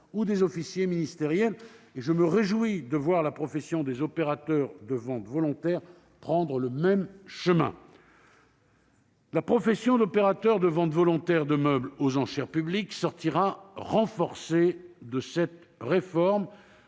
ou des officiers ministériels. Je me réjouis de voir la profession des opérateurs de ventes volontaires prendre le même chemin. La profession d'opérateurs de ventes volontaires de meubles aux enchères publiques sortira renforcée de cette réforme,